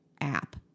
app